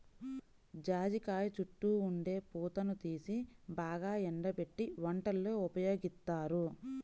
జాజికాయ చుట్టూ ఉండే పూతని తీసి బాగా ఎండబెట్టి వంటల్లో ఉపయోగిత్తారు